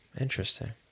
interesting